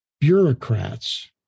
bureaucrats